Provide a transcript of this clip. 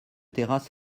terrasse